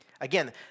Again